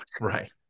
Right